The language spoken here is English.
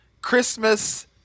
Christmas